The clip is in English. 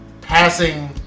passing